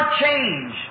change